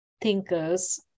thinkers